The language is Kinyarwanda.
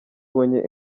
ubonye